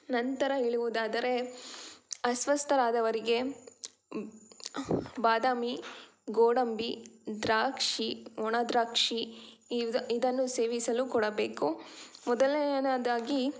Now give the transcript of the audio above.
ನಂತರ ಹೇಳುವುದಾದರೆ ಅಸ್ವಸ್ಥರಾದವರಿಗೆ ಬಾದಾಮಿ ಗೋಡಂಬಿ ದ್ರಾಕ್ಷಿ ಒಣದ್ರಾಕ್ಷಿ ಇದ ಇದನ್ನು ಸೇವಿಸಲು ಕೊಡಬೇಕು ಮೊದಲನೆಯದಾಗಿ